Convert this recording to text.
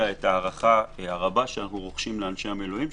את ההערכה הרבה שאנחנו רוחשים לאנשי המילואים,